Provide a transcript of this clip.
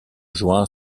juin